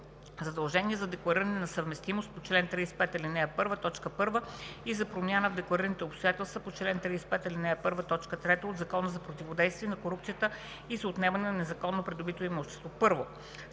Задължение за деклариране на несъвместимост по чл. 35, ал. 1, т. 1 и на промяна в декларираните обстоятелства по чл. 35, ал. 1, т. 3 от Закона за противодействие на корупцията и за отнемане на незаконно придобитото имущество 1.